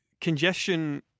congestion